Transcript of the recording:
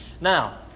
Now